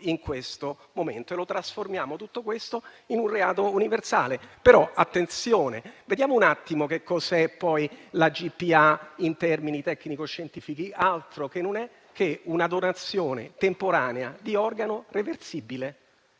in questo momento e trasformiamo tutto questo in un reato universale. Però, attenzione, vediamo un attimo che cos'è poi la GPA in termini tecnico-scientifici. Altro non è che una donazione temporanea di organo reversibile: